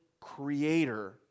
creator